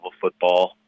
football